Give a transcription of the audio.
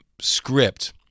script